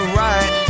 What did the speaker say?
right